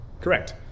Correct